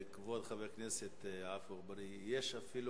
כבוד חבר הכנסת עפו אגבאריה, יש אפילו